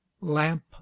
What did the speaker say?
lamp